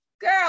girl